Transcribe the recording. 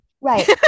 Right